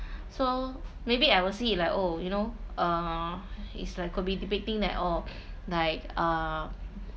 so maybe I will see it like oh you know uh it's like could be depicting that oh like uh